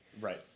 Right